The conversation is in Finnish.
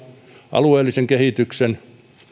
alueellisen kehityksen